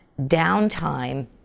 downtime